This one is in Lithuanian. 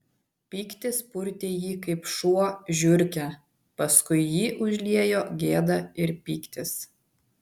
pyktis purtė jį kaip šuo žiurkę paskui jį užliejo gėda ir pyktis